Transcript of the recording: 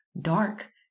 dark